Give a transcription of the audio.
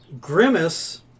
Grimace